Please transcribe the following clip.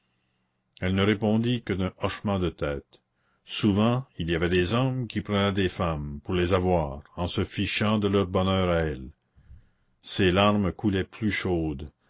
elle ne répondit que d'un hochement de tête souvent il y avait des hommes qui prenaient des femmes pour les avoir en se fichant de leur bonheur à elles ses larmes coulaient plus chaudes